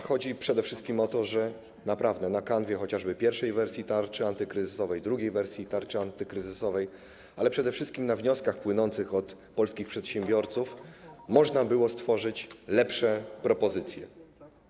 Chodzi przede wszystkim o to, że naprawdę na kanwie chociażby pierwszej wersji tarczy antykryzysowej, drugiej wersji tarczy antykryzysowej, ale przede wszystkim na podstawie wniosków płynących od polskich przedsiębiorców można było stworzyć lepsze propozycje.